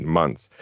months